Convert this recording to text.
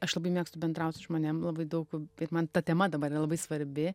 aš labai mėgstu bendraut su žmonėm labai daug bet man ta tema dabar yra labai svarbi